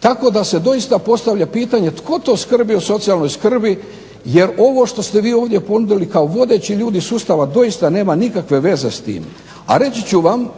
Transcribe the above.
tako da se doista postavlja pitanje tko to skrbi o socijalnoj skrbi, jer ovo što ste vi ovdje ponudili kao vodeći ljudi sustava doista nema nikakve veze s tim. A reći ću vam